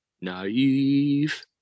naive